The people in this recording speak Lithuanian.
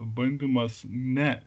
bandymas ne